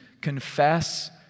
Confess